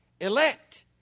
Elect